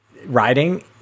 Riding